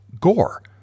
Gore